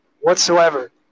whatsoever